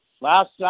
Last